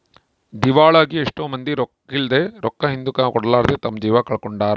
ದಿವಾಳಾಗಿ ಎಷ್ಟೊ ಮಂದಿ ರೊಕ್ಕಿದ್ಲೆ, ರೊಕ್ಕ ಹಿಂದುಕ ಕೊಡರ್ಲಾದೆ ತಮ್ಮ ಜೀವ ಕಳಕೊಂಡಾರ